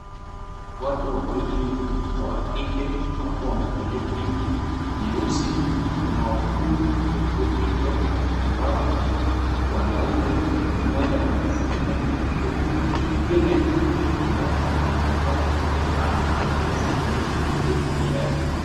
Watu wawili wa kike wapo wamekalia viti vyeusi. Kuna wahudumu katika kituo hicho ambao ni wanaume. Mmoja anamshughulikia mwanamke huku mwingine ambaye ako na kipara, anaangalia tarakilishi iliyo mbele yake.